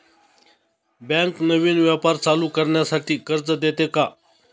Bank नवीन व्यापार चालू करण्यासाठी कर्ज देते का?